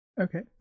Okay